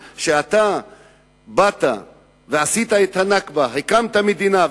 שאתה באת ועשית את ה"נכבה" הקמת מדינה,